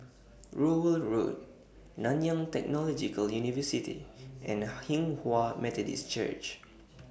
Rowell Road Nanyang Technological University and Hinghwa Methodist Church